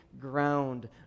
ground